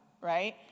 right